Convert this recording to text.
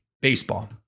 Baseball